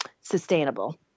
sustainable